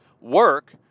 work